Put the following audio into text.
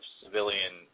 civilian